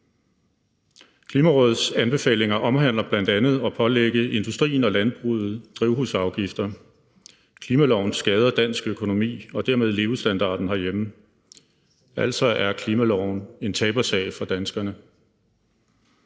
Klimarådets anbefalinger omhandler bl.a. at pålægge industrien og landbruget drivhusgasafgifter. Klimaloven skader dansk økonomi og dermed levestandarden herhjemme, altså er klimaloven en tabersag for danskerne.